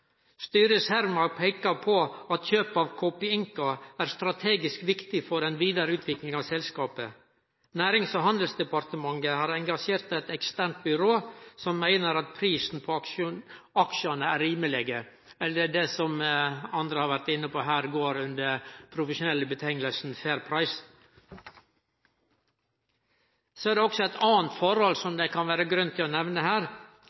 Cermaq peiker på at kjøp av Copeinca er strategisk viktig for den vidare utviklinga av selskapet. Nærings- og handelsdepartementet har engasjert eit eksternt byrå som meiner at prisen på aksjane er rimelege, eller, som andre har vore inne på her, går under det profesjonelle omgrepet «fair price». Så er det også eit anna forhold som det kan vere grunn til å nemne her,